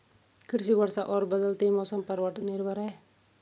कृषि वर्षा और बदलते मौसम पर निर्भर है